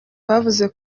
bavuze